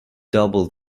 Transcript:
double